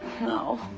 No